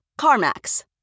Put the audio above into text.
CarMax